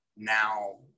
now